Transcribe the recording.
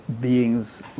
beings